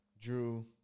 Drew